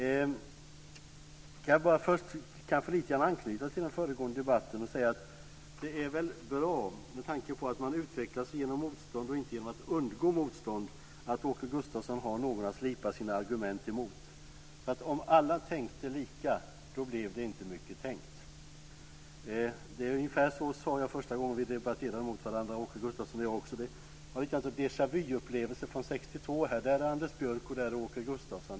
Först vill jag bara anknyta lite grann till den föregående debatten och säga att det är väl bra, med tanke på att man utvecklas genom motstånd och inte genom att undgå motstånd, att Åke Gustavsson har någon att slipa sina argument mot. Om alla tänkte lika blev det inte mycket tänkt. Ungefär så sade jag också första gången Åke Gustavsson och jag debatterade med varandra. Jag har lite av en déjà vu-upplevelse från 1962 här. Där är Anders Björk och där är Åke Gustavsson.